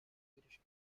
swedish